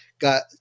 got